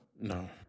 No